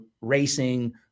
racing